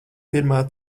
pirmā